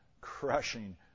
crushing